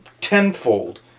tenfold